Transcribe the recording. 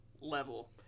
level